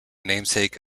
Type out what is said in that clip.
namesake